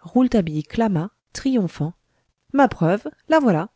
rouletabille clama triomphant ma preuve la voilà